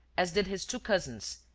as did his two cousins,